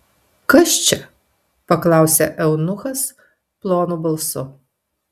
kas čia paklausė eunuchas plonu balsu